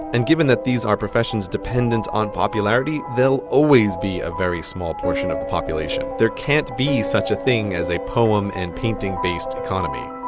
and given that these are professions dependent on popularity they'll always be a very small portion of the population. there can't be such a thing as a poem and painting based economy.